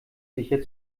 sicher